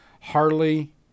Harley